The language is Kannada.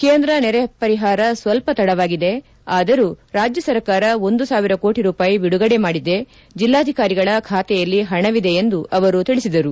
ಕೇಂದ್ರ ನೆರೆ ಪರಿಹಾರ ಸ್ವಲ್ಪ ತಡವಾಗಿದೆ ಆದರೂ ರಾಜ್ಯ ಸರ್ಕಾರ ಒಂದು ಸಾವಿರ ಕೋಟಿ ರೂಪಾಯಿ ಬಿಡುಗಡೆ ಮಾಡಿದೆ ಜಿಲ್ಲಾಧಿಕಾರಿಗಳ ಖಾತೆಯಲ್ಲಿ ಹಣವಿದೆ ಎಂದು ಅವರು ತಿಳಿಸಿದರು